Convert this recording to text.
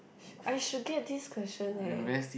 I should get this question ya